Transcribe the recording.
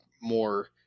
more